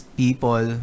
people